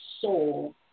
soul